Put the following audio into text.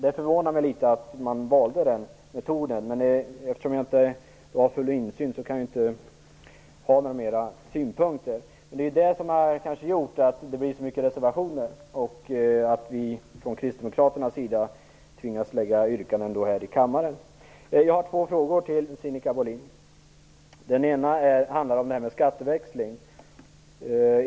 Det förvånar mig att man valde den metoden, men eftersom jag inte har full insyn kan jag inte ha några ytterligare synpunkter. Det kanske är det som har medfört att det har blivit så många reservationer och att vi från kristdemokraternas sida tvingas lägga fram yrkanden här i kammaren. Jag har två frågor till Sinikka Bohlin. Den ena gäller skatteväxling.